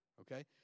Okay